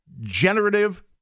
Generative